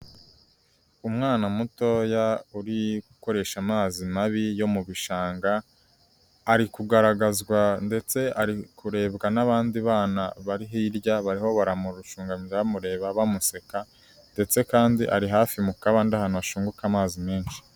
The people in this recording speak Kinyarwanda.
Umwana mutoya uri gukoresha amazi mabi yo mu bishanga, ari kugaragazwa ndetse ari kurebwa n'abandi bana bari hirya bariho baramurushunga bamureba bamuseka ndetse kandi ari hafi mu kabande ahantu hashunguka amazi menshi.